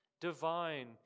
divine